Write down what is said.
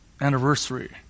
anniversary